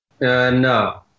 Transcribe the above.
No